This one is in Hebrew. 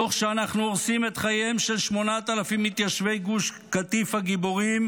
תוך שאנחנו הורסים את חייהם של 8,000 מתיישבי גוש קטיף הגיבורים,